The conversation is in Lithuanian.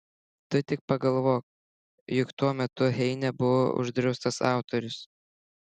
tu tik pagalvok juk tuo metu heine buvo uždraustas autorius